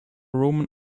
roman